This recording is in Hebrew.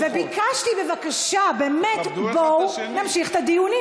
וביקשתי, בבקשה, באמת, בואו נמשיך את הדיונים.